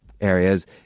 areas